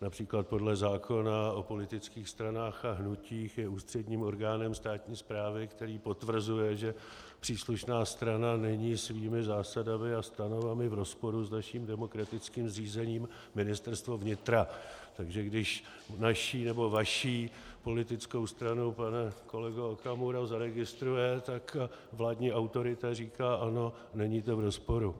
Například podle zákona o politických stranách a hnutích je ústředním orgánem státní správy, který potvrzuje, že příslušná strana není svými zásadami a stanovami v rozporu s naším demokratickým zřízením, Ministerstvo vnitra, takže když naši nebo vaši politickou stranu, pane kolego Okamuro, zaregistruje, tak vládní autorita říká: Ano, není to v rozporu.